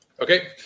Okay